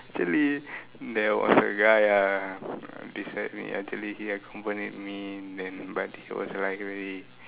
actually there was a guy ah beside me actually he accompanied me then but he was like really